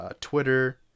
Twitter